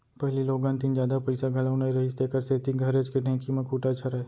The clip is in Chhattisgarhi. पहिली लोगन तीन जादा पइसा घलौ नइ रहिस तेकर सेती घरेच के ढेंकी म कूटय छरय